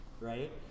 right